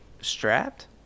strapped